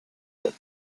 but